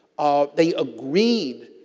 they agreed,